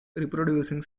reproducing